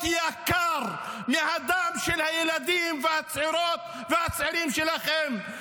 יקר מהדם של הילדים והצעירות והצעירים שלכם.